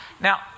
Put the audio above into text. now